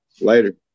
Later